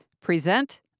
present